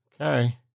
Okay